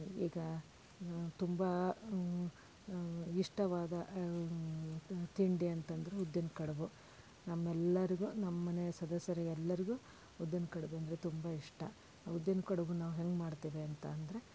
ಈಗ ತುಂಬ ಇಷ್ಟವಾದ ತಿಂಡಿ ಅಂತಂದ್ರೆ ಉದ್ದಿನ ಕಡುಬು ನಮ್ಮೆಲ್ಲರಿಗೂ ನಮ್ಮ ಮನೆಯ ಸದಸ್ಯರಿಗೆ ಎಲ್ಲರಿಗೂ ಉದ್ದಿನ ಕಡ್ಬು ಅಂದರೆ ತುಂಬ ಇಷ್ಟ ಉದ್ದಿನ ಕಡುಬು ನಾವು ಹೇಗ್ ಮಾಡ್ತೀವಿ ಅಂತಂದರೆ